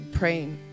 praying